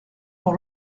pour